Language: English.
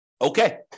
Okay